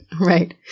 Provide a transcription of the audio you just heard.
Right